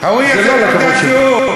הַוִיֶּה זה תעודת זהות,